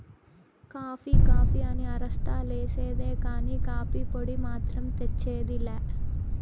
coffee coffee అని అరస్తా లేసేదే కానీ, కాఫీ పొడి మాత్రం తెచ్చేది లా